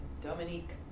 Dominique